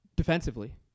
Defensively